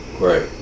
Right